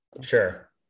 Sure